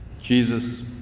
Jesus